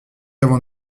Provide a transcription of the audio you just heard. avant